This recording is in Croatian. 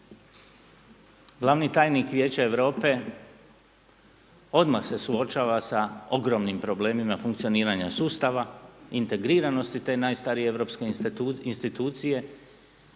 Glavni tajnik Vijeća Europe odmah se suočava sa ogromnim problemima funkcioniranja sustava, integriranosti te najstarije europske institucije